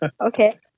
Okay